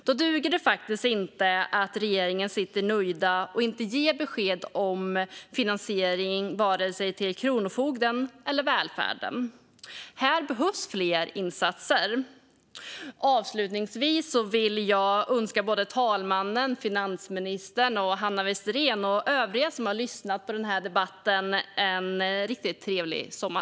Då duger det faktiskt inte att regeringen sitter nöjd och inte ger besked om finansieringen till vare sig kronofogden eller välfärden. Fler insatser behövs. Avslutningsvis vill jag önska talmannen, finansministern, Hanna Westerén och övriga som har lyssnat på den här debatten en riktigt trevlig sommar.